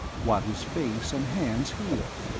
while his face and hands healed.